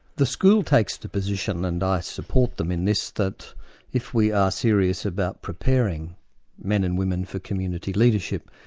the school takes the position, and i support them in this, that if we are serious about preparing men and women for community leadership,